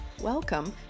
Welcome